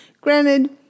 Granted